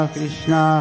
Krishna